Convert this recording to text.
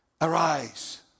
Arise